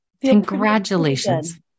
Congratulations